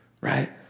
Right